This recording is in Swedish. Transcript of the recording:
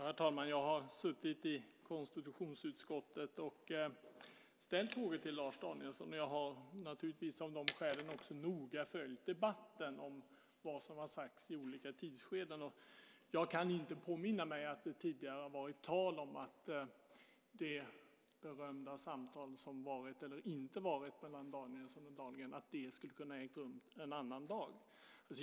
Herr talman! Jag har suttit i konstitutionsutskottet och ställt frågor till Lars Danielsson. Jag har naturligtvis också av de skälen noga följt debatten om vad som har sagts vid olika tidsskeden. Jag kan inte påminna mig om att det tidigare har varit tal om att det berömda samtal som har varit eller inte varit mellan Danielsson och Dahlgren skulle kunna ha ägt rum en annan dag.